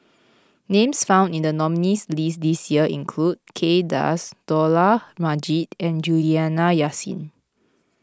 names found in the nominees' list this year include Kay Das Dollah Majid and Juliana Yasin